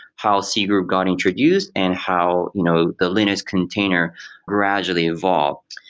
how c group got introduced and how you know the linux container gradually evolved.